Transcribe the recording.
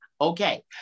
Okay